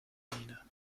miene